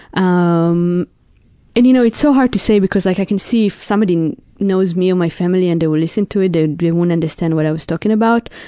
um and, you know, it's so hard to say because like i can see if somebody knows me or my family and they will listen to it, they wouldn't understand what i was talking about,